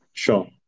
Sure